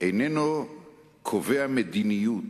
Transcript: איננו קובע מדיניות